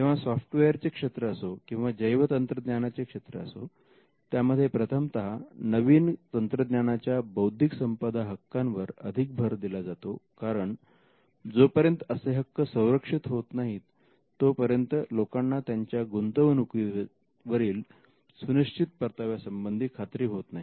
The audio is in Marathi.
तेव्हा सॉफ्टवेअरचे क्षेत्र असो किंवा जैवतंत्रज्ञानाचे क्षेत्र असो त्यामध्ये प्रथमतः नवीन तंत्रज्ञानाच्या बौद्धिक संपदा हक्कांवर अधिक भर दिला जातो कारण जोपर्यंत असे हक्क संरक्षित होत नाहीत तोपर्यंत लोकांना त्यांच्या गुंतवणुकीवरील सुनिश्चित परताव्या संबंधी खात्री होत नाही